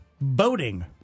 boating